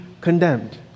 condemned